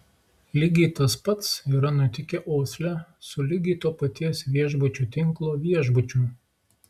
lygiai tas pats yra nutikę osle su lygiai to paties viešbučių tinklo viešbučiu